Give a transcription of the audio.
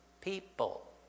people